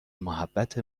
محبت